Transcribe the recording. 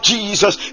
Jesus